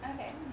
Okay